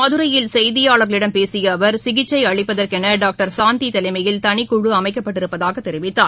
மதுரையில் செய்தியாளர்களிடம் பேசிய அவர் சிகிச்சை அளிப்பதற்கென டாக்டர் சாந்தி தலைமையில் தனிக்குழு அமைக்கப்பட்டிருப்பதாக தெரிவித்தார்